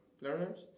learners